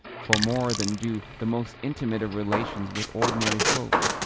for more than do the most intimate of relations with ordinary folk.